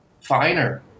finer